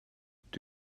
dydw